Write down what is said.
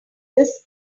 this